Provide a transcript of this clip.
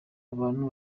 abantu